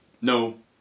no